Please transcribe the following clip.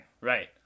Right